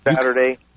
Saturday